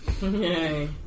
Yay